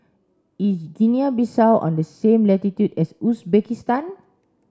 is Guinea Bissau on the same latitude as Uzbekistan